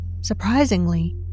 Surprisingly